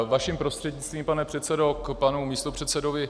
Vaším prostřednictvím, pane předsedo, k panu místopředsedovi Hájkovi.